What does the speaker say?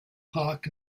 park